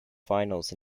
finals